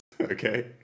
okay